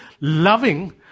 loving